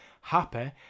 happy